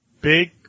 big